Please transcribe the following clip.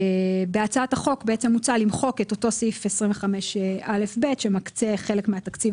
בהצעת החוק מוצע למחוק את אותו סעיף 25א(ב) שמקצה חלק מהתקציב